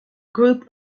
group